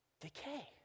decay